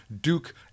Duke